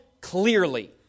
clearly